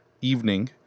evening